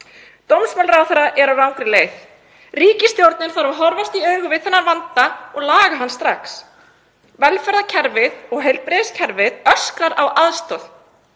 Dómsmálaráðherra er á rangri leið. Ríkisstjórnin þarf að horfast í augu við þennan vanda og laga hann strax. Velferðarkerfið og heilbrigðiskerfið öskrar á aðstoð.